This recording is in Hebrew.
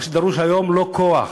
מה שדרוש היום הוא לא כוח.